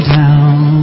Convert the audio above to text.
down